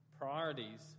priorities